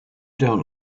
don’t